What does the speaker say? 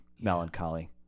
melancholy